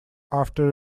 after